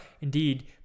indeed